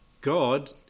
God